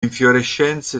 infiorescenze